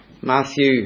Matthew